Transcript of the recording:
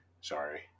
sorry